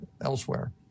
elsewhere